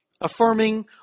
Affirming